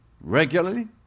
regularly